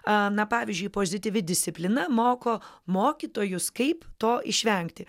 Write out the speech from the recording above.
a na pavyzdžiui pozityvi disciplina moko mokytojus kaip to išvengti